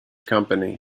company